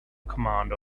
commander